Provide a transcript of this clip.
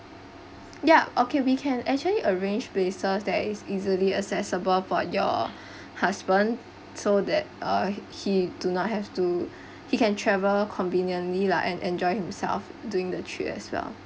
ya okay we can actually arrange places that is easily accessible for your husband so that uh he do not have to he can travel conveniently lah and enjoy himself during the trip as well